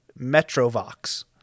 MetroVox